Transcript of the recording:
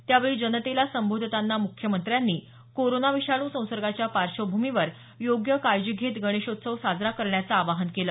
त्यावेळी जनतेला संबोधताना मुख्यमंत्र्यांनी कोरोना विषाणू संसर्गाच्या पार्श्वभूमीवर योग्य काळजी घेत गणेशोत्सव साजरा करण्याचं आवाहन केलं